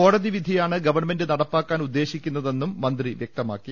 കോടതി വിധിയാണ് ഗവൺമെന്റ് നടപ്പാക്കാൻ ഉ ദ്ദേശിക്കുന്നതെന്നും മന്ത്രി വ്യക്തമാക്കി